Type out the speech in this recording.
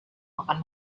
makan